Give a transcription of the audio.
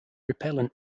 repellent